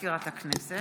למזכירת הכנסת.